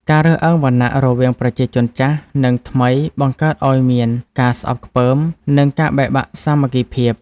ការរើសអើងវណ្ណៈរវាងប្រជាជនចាស់ និងថ្មី បង្កើតឱ្យមានការស្អប់ខ្ពើម និងការបែកបាក់សាមគ្គីភាព។